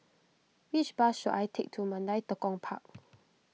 which bus should I take to Mandai Tekong Park